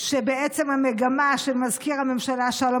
קצת מהאתגרים שמתמודדים איתם בני המשפחה העוטפים את החולה,